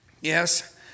Yes